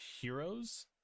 heroes